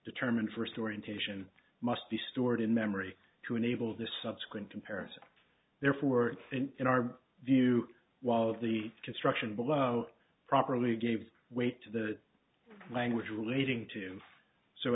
determined first orientation must be stored in memory to enable the subsequent comparison therefore in our view while all of the construction below properly gave weight to the language relating to so